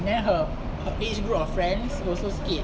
then her her age group of friend also skate